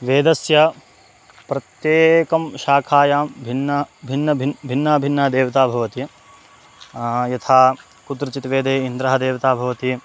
वेदस्य प्रत्येकस्यां शाखायां भिन्नाः भिन्नभिन्नाः भिन्नाः देवताः भवन्ति यथा कुत्रचित् वेदे इन्द्रः देवता भवति